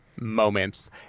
moments